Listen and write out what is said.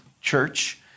Church